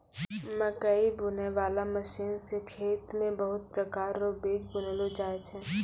मकैइ बुनै बाला मशीन से खेत मे बहुत प्रकार रो बीज बुनलो जाय छै